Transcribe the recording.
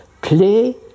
play